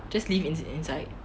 just leave it inside